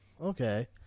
Okay